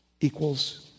equals